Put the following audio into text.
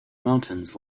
mountains